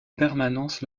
permanence